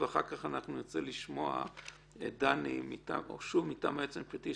ואחר כך אני ארצה לשמוע את דני מטעם היועץ המשפטי,